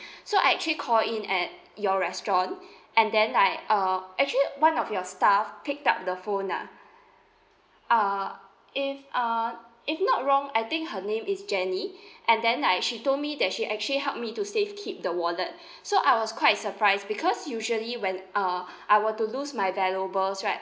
so I actually called in at your restaurant and then I uh actually one of your staff picked up the phone ah uh if uh if not wrong I think her name is jenny and then right she told me that she actually help me to safe keep the wallet so I was quite surprised because usually when uh I were to lose my valuables right